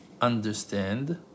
understand